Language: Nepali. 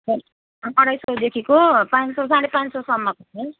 अढाई सौदेखिको पाँच सौ साढे पाँच सौसम्मको छ